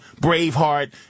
Braveheart